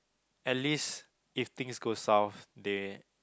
at least if things goes south they